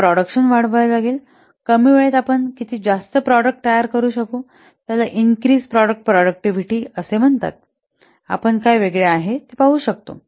मग प्रॉडक्शन वाढवावे लागेल कमी वेळेत आपण किती जास्त प्रॉडक्ट तयार करू शकू त्याला इन्क्रिज प्रॉडक्ट प्रॉडक्टिव्हिटी असे म्हणतात आपण काय वेगळे आहे ते पाहू शकतो